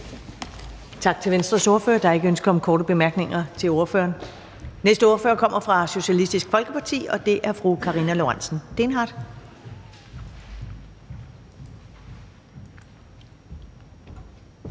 fra Venstre. Der er ikke flere korte bemærkninger til ordføreren. Den næste ordfører kommer fra Socialistisk Folkeparti, og det er fru Karina Lorentzen Dehnhardt.